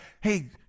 hey